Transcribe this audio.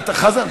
חבר הכנסת חזן.